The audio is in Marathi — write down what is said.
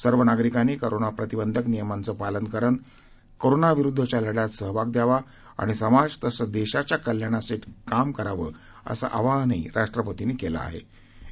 सर्व नागरिकांनी कोरोना प्रतिबंधक नियमांचं पालन करत कोरोनाविरुद्धच्या लढ्यात सहभाग द्यावा आणि समाज तसंच देशाच्या कल्याणासाठी काम करावं असं आवाहनही राष्ट्रतींनी आपल्या संदेशात केलं आहे